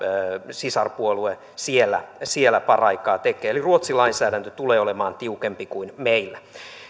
sisarpuolue siellä siellä paraikaa tekee eli ruotsin lainsäädäntö tulee olemaan tiukempi kuin meillä